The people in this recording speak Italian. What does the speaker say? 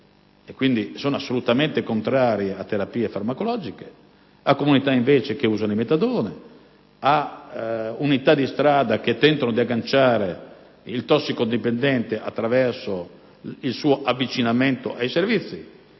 quindi sono assolutamente contrarie a terapie farmacologiche, da altre che fanno uso del metadone, da unità di strada che tentano di agganciare il tossicodipendente attraverso il suo avvicinamento ai servizi.